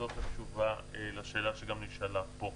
זאת התשובה לשאלה שגם נשאלה פה.